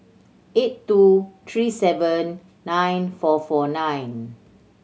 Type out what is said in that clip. eight two three seven nine four four nine